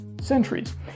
centuries